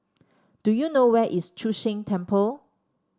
do you know where is Chu Sheng Temple